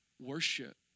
Worship